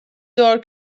door